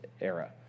era